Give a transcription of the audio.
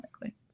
likely